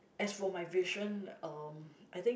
as for my vision um I think